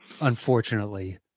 unfortunately